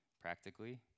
Practically